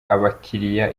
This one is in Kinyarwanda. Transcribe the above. abakiriya